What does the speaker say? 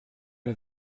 den